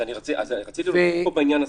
אז אני רציתי להוסיף פה בעניין הזה: